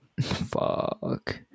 Fuck